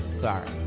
Sorry